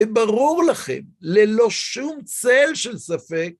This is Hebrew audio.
ברור לכם, ללא שום צל של ספק,